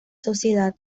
sociedad